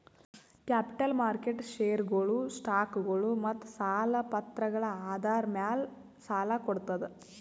capital market ಷೇರ್ಗೊಳು, ಸ್ಟಾಕ್ಗೊಳು ಮತ್ತ್ ಸಾಲ ಪತ್ರಗಳ್ ಆಧಾರ್ ಮ್ಯಾಲ್ ಸಾಲ ಕೊಡ್ತದ್